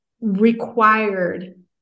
required